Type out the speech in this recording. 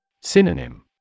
Synonym